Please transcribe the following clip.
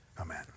Amen